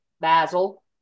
Basil